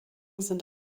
sind